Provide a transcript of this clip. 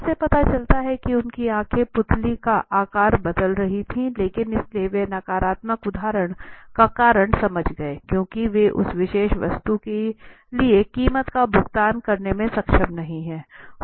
इससे पता चलता है कि उनकी आंखें पुतली का आकार बदल रही थीं लेकिन इसलिए वे नकारात्मक उत्तर का कारण समझ गए क्योंकि वे उस विशेष वस्तु के लिए कीमत का भुगतान करने में सक्षम नहीं है